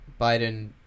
Biden